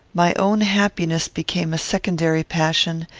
my own happiness became a secondary passion,